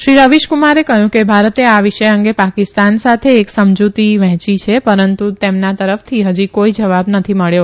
શ્રી રવીશકુમારે કહ્યુ કે ભારતે આ વિષય અંગે પાકિસ્તાન સાથે એક સમજુતીને વહેંચી છે પરંતુ તેમના તરફથી ફજી કોઇ જવાબ નથી મળ્યો